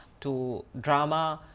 to drama,